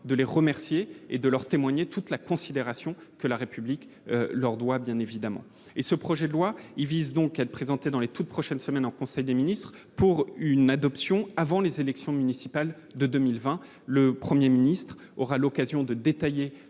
de les remercier et de leur témoigner toute la considération que la République leur doit bien évidemment. Ce projet de loi sera présenté dans les prochaines semaines en conseil des ministres pour une adoption avant les élections municipales de 2020. Le Premier ministre aura l'occasion de détailler